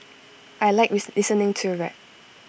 I Like listening to rap